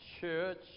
church